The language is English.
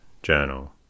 Journal